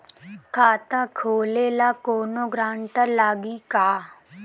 खाता खोले ला कौनो ग्रांटर लागी का?